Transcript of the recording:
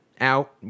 out